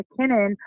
McKinnon